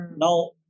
Now